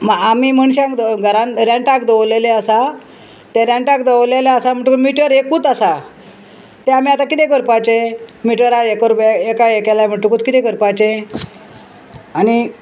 आमी मनशांक घरान रँटाक दवरलेले आसा ते रँटाक दवरलेले आसा म्हणटकच मिटर एकूच आसा ते आमी आतां कितें करपाचे मिटराक हे कर एका हे केल्या म्हणटकूच कितें करपाचे आनी